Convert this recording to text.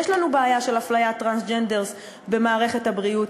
יש לנו בעיה של הפליית טרנסג'נדרס במערכת הבריאות,